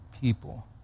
people